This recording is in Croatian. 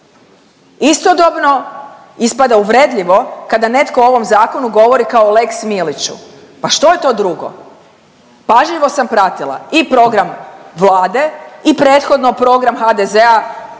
Istodobno ispada uvredljivo kada netko o ovom zakonu govori kao o lex Miliću. Pa što je to drugo? Pažljivo sam pratila i program Vlade i prethodno program HDZ-a,